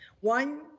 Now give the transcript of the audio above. One